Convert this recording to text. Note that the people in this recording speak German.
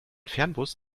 fernbus